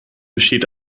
besteht